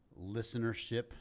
listenership